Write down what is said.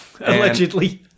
Allegedly